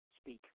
speak